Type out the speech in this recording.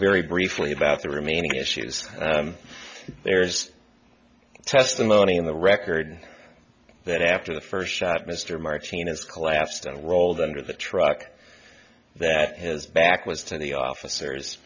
very briefly about the remaining issues there's testimony in the record that after the first shot mr martinez collapsed and rolled under the truck that his back was to the officers